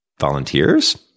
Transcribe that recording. volunteers